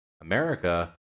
america